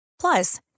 Plus